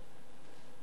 נתקבלו.